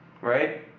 right